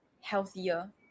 healthier